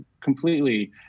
completely